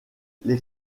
les